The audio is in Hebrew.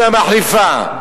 "אמא מחליפה",